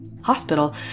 hospital